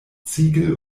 ziegel